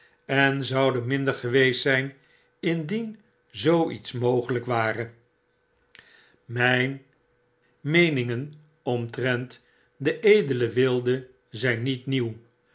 en zouden minder geweest zjjn indien zoo iets mogelyk ware myn meeningen omtrent den edelen wilde zijn niet